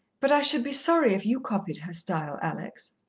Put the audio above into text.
but i should be sorry if you copied her style, alex.